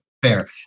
Fair